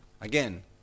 again